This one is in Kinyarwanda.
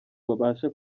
babasha